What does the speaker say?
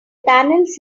panels